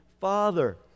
Father